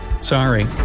Sorry